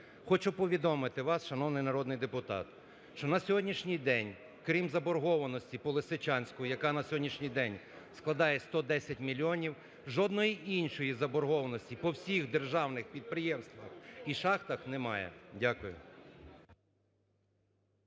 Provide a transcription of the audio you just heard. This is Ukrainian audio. Хочу повідомити вас, шановний народний депутат, що на сьогоднішній день, крім заборгованості по Лисичанську, яка на сьогоднішній день складає 110 мільйонів, жодної іншої заборгованості по всіх державних підприємствах і шахтах немає. Дякую.